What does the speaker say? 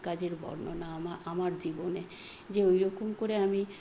কাজের বর্ণনা আমার জীবনে যে ওইরকম করে আমি